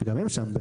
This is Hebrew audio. שגם הם שם.